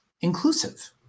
inclusive